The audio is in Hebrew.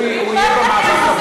הוא יהיה, הוא יהיה במאבק הבא.